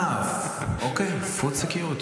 אה, food security.